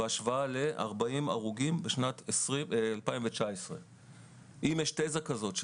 בהשוואה ל-40 הרוגים בשנת 2019. אם יש תזה כזאת,